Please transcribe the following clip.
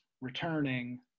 returning